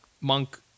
monk